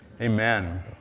Amen